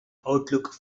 outlook